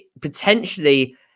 potentially